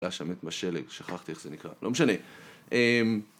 לא שמת בשלג, שכחתי איך זה נקרא, לא משנה.